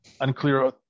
unclear